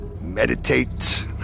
meditate